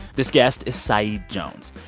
this guest is saeed jones.